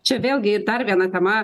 čia vėlgi ir dar viena tema